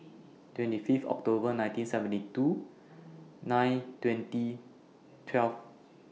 twenty five October nineteen seventy two nine twenty twelve